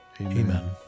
Amen